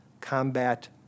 combat